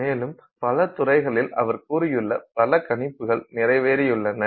மேலும் பல துறைகளில் அவர் கூறியுள்ள பல கணிப்புகள் நிறைவேறியுள்ளன